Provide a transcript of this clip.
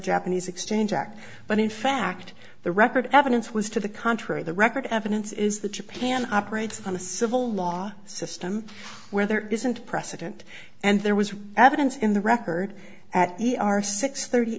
japanese exchange act but in fact the record evidence was to the contrary the record evidence is that japan operates on a civil law system where there isn't precedent and there was evidence in the record at the r six thirty